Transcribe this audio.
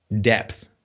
depth